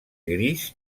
gris